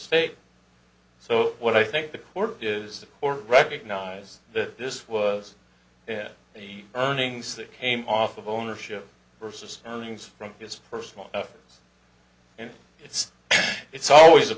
state so what i think the court is or recognize that this was there the earnings that came off of ownership versus earnings from this first one and it's it's always a